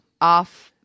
Off-